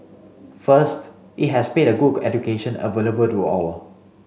first it has made a good education available to all